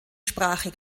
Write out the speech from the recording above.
sprache